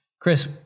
Chris